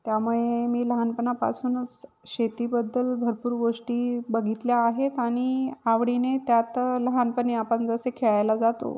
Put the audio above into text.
त्यामुळे मी लहानपणापासूनच शेतीबद्दल भरपूर गोष्टी बघितल्या आहेत आणि आवडीने त्यात लहानपणी आपण जसे खेळायला जातो